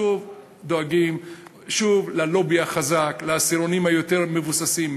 שוב דואגים ללובי החזק, לעשירונים היותר-מבוססים.